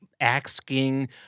asking